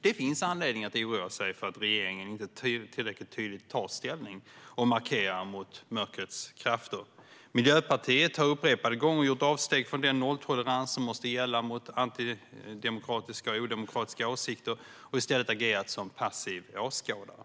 Det finns anledning att oroa sig för att regeringen inte tillräckligt tydligt tar ställning och markerar mot mörkrets krafter. Miljöpartiet har upprepade gånger gjort avsteg från den nolltolerans som måste gälla mot antidemokratiska och odemokratiska åsikter och i stället agerat som passiv åskådare.